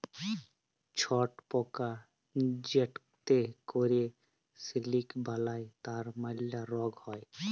ছট পকা যেটতে ক্যরে সিলিক বালাই তার ম্যালা রগ হ্যয়